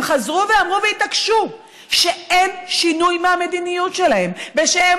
הם חזרו ואמרו והתעקשו שאין שינוי מהמדיניות שלהם ושהם